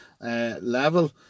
level